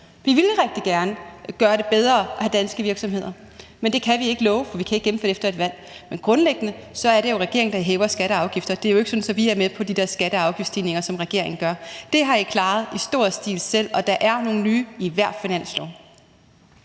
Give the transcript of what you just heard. Vi ville rigtig gerne gøre det bedre i forhold til at have danske virksomheder. Men det kan vi ikke love, for vi kan ikke gennemføre det efter et valg. Men grundlæggende er det jo regeringen, der hæver skatter og afgifter. Det er jo ikke, fordi vi er med på de der skatte- og afgiftsstigninger, som regeringen laver. Det har I klaret i stor stil selv. Og der er nogle nye i hver finanslov.